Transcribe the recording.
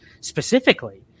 specifically